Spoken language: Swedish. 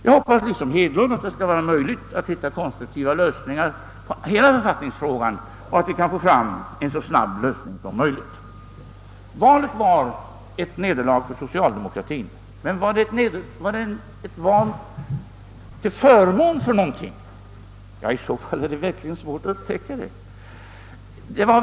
Jag hoppas liksom herr Hedlund att det skall vara möjligt att finna konstruktiva lösningar på hela författningsfrågan och att vi kan få en så snabb lösning som möjligt. Valet innebar ett nederlag för socialdemokratien, men var det ett val till förmån för någonting? I så fall är det verkligen svårt att upptäcka detta.